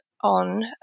on